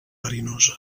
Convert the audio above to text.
verinosa